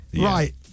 Right